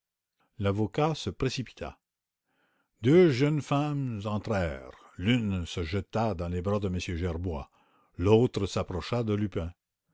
lupin s'en va deux jeunes femmes entrèrent l'une se jeta dans les bras de m gerbois l'autre s'approcha de lupin